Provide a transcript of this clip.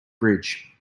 bridge